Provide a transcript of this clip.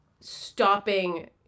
stopping